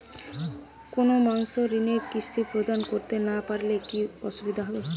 কোনো মাসে ঋণের কিস্তি প্রদান করতে না পারলে কি অসুবিধা হবে?